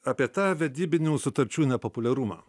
apie tą vedybinių sutarčių nepopuliarumą